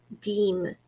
deem